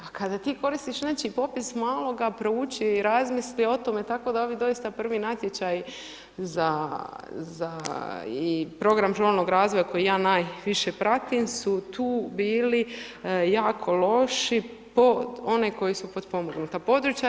A kada ti koristiš znači popis malo ga prouči, razmisli o tome tako da ovi doista prvi natječaji za i program ruralnog razvoja koji ja najviše pratim su tu bili jako loši po one koji su potpomognuta područja.